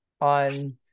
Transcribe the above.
on